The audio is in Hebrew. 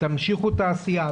תמשיכו את העשייה.